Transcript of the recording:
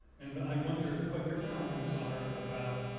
and, i wonder what your comments are about.